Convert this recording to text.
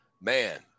man